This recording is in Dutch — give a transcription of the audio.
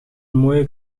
mooie